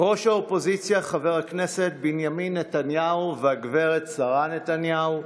ראש האופוזיציה חבר הכנסת בנימין נתניהו והגברת שרה נתניהו,